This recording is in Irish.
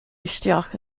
isteach